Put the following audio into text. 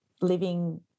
living